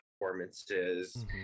performances